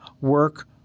work